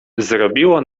zrobiło